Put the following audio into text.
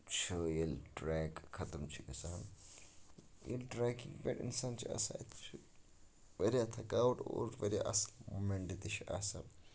چھُ ییلہِ ٹریک ختم چھُ گَژھان ییلہِ ٹریکِنگ پٮ۪ٹھ انسان چھُ آسان اَتہِ چھِ واریاہ تھاکاوٹ اور واریاہ اصل مومنٹ تہِ چھِ آسان